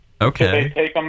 Okay